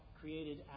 created